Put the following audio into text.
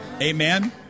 Amen